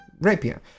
Rapier